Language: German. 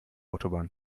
autobahn